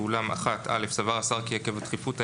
ואולם: (א)סבר השר כי עקב דחיפות העניין,